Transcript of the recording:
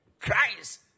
Christ